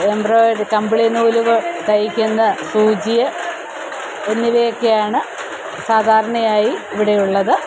embroidery കമ്പിളി നൂല് തയ്ക്കുന്ന സൂചി എന്നിവയൊക്കെയാണ് സാധാരണയായി ഇവിടെയുള്ളത്